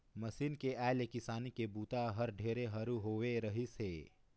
machine के आए ले किसानी के बूता हर ढेरे हरू होवे रहीस हे